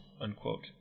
unquote